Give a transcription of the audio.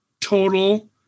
total